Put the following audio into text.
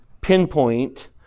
pinpoint